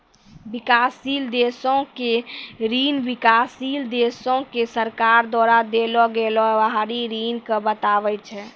विकासशील देशो के ऋण विकासशील देशो के सरकार द्वारा देलो गेलो बाहरी ऋण के बताबै छै